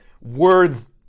words